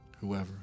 Whoever